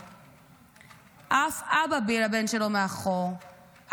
אף אבא מאחור בלי הבן שלו,